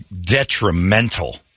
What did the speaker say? detrimental